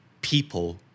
people